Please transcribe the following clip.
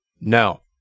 no